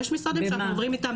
ויש משרדים שאנחנו עוברים איתם